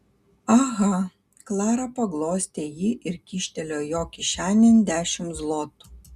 aha klara paglostė jį ir kyštelėjo jo kišenėn dešimt zlotų